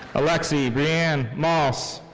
alexi brianne maas.